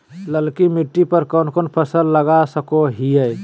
ललकी मिट्टी पर कोन कोन फसल लगा सकय हियय?